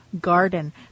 garden